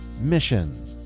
Mission